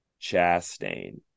Chastain